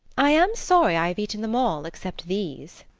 i am sorry i have eaten them all except these.